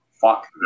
Fuck